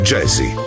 Jazzy